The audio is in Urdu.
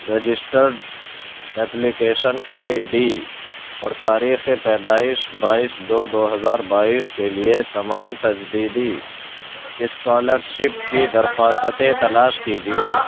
رجسٹرڈ ایپلیکیشن آئی ڈی اور تاریخ پیدائش بائیس دو دو ہزار بائیس کے لیے تمام تجدیدی اسکالرشپ کی درخواستیں تلاش کیجیے